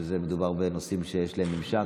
כי מדובר בנושאים שיש להם ממשק.